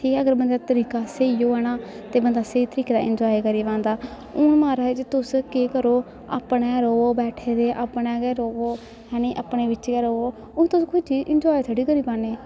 ठीक ऐ अगर बंदे दा तरीका स्हेई होऐ ना ते बंदा स्हेई तरीके दा इनजाए करी पांदा हून म्हाराज तुस केह् करो अपने र'वो बैठे दे अपने गै र'वो है निं अपने बिच्च गै र'वो हून तुस कोई चीज इनजाए थोह्ड़ी करी पान्ने